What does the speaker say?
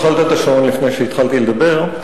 התחלת את השעון לפני שהתחלתי לדבר.